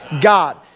God